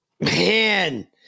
man